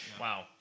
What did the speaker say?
Wow